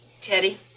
Teddy